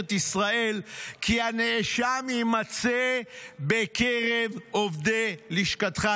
ישראל כי הנאשם יימצא בקרב עובדי לשכתך,